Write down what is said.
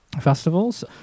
festivals